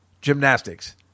Gymnastics